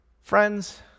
friends